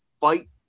fight